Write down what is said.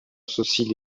associent